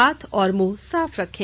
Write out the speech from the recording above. हाथ और मुंह साफ रखें